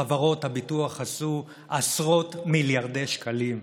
חברות הביטוח עשו עשרות מיליארדי שקלים,